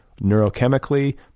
neurochemically